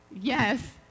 Yes